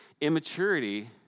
immaturity